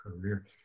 career